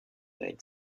lake